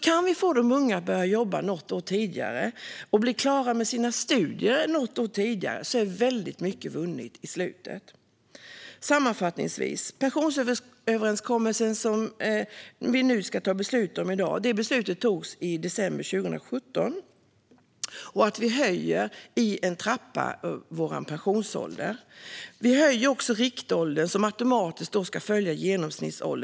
Kan vi få de unga att börja jobba något år tidigare och bli klara med sina studier något år tidigare är väldigt mycket vunnet i slutet. Sammanfattningsvis: Vi ska i dag ta beslut om pensionsöverenskommelsen. Beslutet togs i december 2017: Vi höjer vår pensionsålder enligt en trappa. Vi höjer också riktåldern, som automatiskt ska följa genomsnittsåldern.